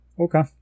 Okay